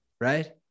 right